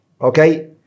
Okay